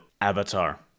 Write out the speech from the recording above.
avatar